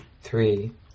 three